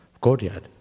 courtyard